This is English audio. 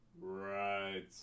Right